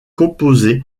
composé